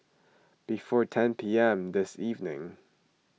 before ten P M this evening